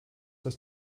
das